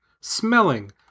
smelling